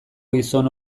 gizon